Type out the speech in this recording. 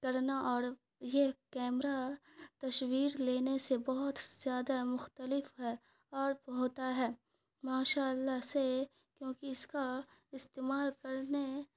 کرنا اور یہ کیمرہ تصویر لینے سے بہت زیادہ مختلف ہے اور ہوتا ہے ماشاء اللہ سے کیونکہ اس کا استعمال کرنے